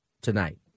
tonight